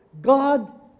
God